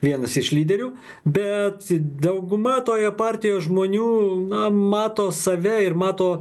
vienas iš lyderių bet dauguma toje partijoje žmonių na mato save ir mato